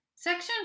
Section